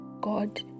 God